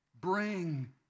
bring